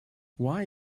why